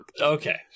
Okay